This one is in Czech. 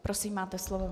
Prosím, máte slovo.